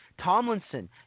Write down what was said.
Tomlinson